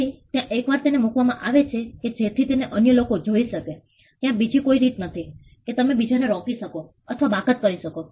તેથી ત્યાં એક વાર તેને મુકવામાં આવે છે કે જેથી તેને અન્ય લોકો જોઈ શકે ત્યાં બીજી કોઈ રીત નથી કે તમે બીજા ને રોકી શકો અથવા બાકાત કરી શકો